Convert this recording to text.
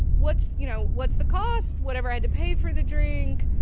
what's, you know, what's the cost? whatever i had to pay for the drink,